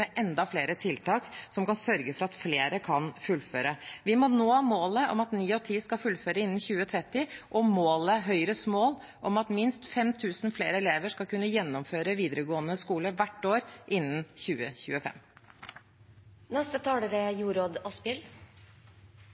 med enda flere tiltak som kan sørge for at flere kan fullføre. Vi må nå målet om at ni av ti skal fullføre innen 2030, og Høyres mål er at minst 5 000 flere elever skal kunne gjennomføre videregående skole hvert år innen 2025. Vi er